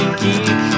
geek